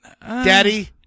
Daddy